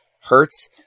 hurts